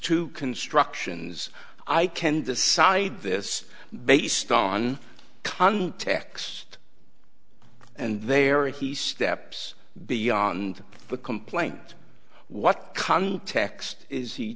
two constructions i can decide this based on context and there he steps beyond the complaint what context is he